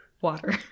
water